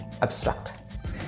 abstract